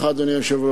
אדוני היושב-ראש,